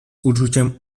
uczuciem